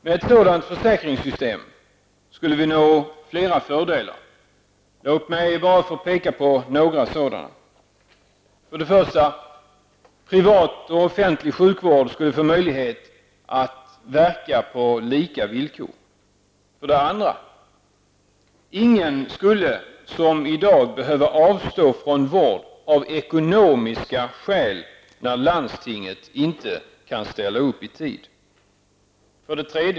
Med ett sådant försäkringssystem skulle vi nå flera fördelar. Låt mig peka på några sådana: 1. Privat och offentlig sjukvård skulle få möjlighet att verka på lika villkor. 2. Ingen skulle -- som i dag -- behöva avstå från vård av ekonomiska skäl, när landstinget inte kan ställa upp i tid. 3.